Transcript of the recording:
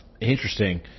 Interesting